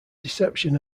deception